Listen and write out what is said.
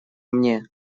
мне